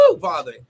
Father